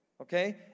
Okay